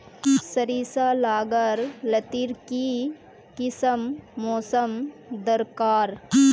सरिसार ला गार लात्तिर की किसम मौसम दरकार?